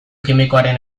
kimikoaren